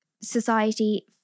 society